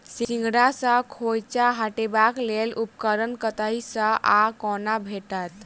सिंघाड़ा सऽ खोइंचा हटेबाक लेल उपकरण कतह सऽ आ कोना भेटत?